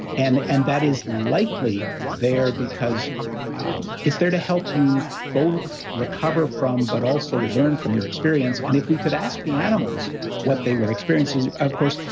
and and that is likely there because um it's there to help you both recover from, but also learn from your experience. and if we could ask the animals what they were experiences, of course,